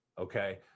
okay